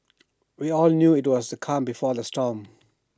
we all knew IT was the calm before the storm